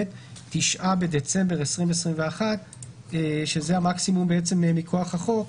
(9 בדצמבר 2021). זה המקסימום מכוח החוק,